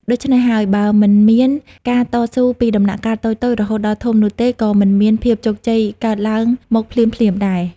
ដូច្នេះហើយ បើមិនមានការតស៊ូពីដំណាក់កាលតូចៗ រហូតដល់ធំនោះទេ ក៏មិនមានភាពជោគជ័យកើតឡើងមកភ្លាមៗដែរ។